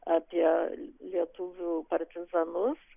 apie lietuvių partizanus